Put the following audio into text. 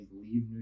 leave